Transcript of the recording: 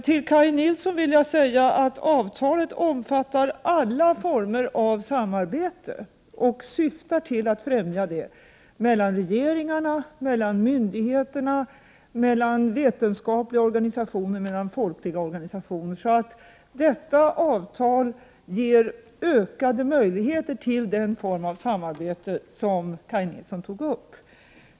Till Kaj Nilsson vill jag säga att avtalet omfattar alla former av samarbete och syftar till att främja samarbetet mellan regeringarna, mellan myndigheterna, mellan vetenskapliga organisationer och mellan folkliga organisationer. Detta avtal ger således ökade möjligheter till den form av samarbete som Kaj Nilsson efterlyste.